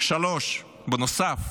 3. בנוסף,